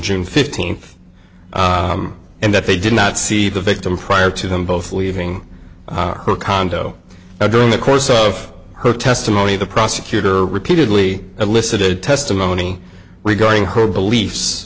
june fifteenth and that they did not see the victim prior to them both leaving her condo now during the course of her testimony the prosecutor repeatedly elicited testimony regarding her beliefs